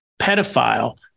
pedophile